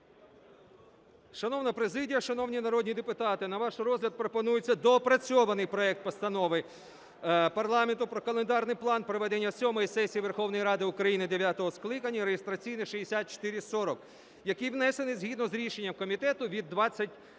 Шановна президія, шановні народні депутати, на ваш розгляд пропонується доопрацьований проект Постанови парламенту про календарний план проведення сьомої сесії Верховної Ради України дев’ятого скликання (реєстраційний 6440), який внесений згідно з рішенням комітету від 26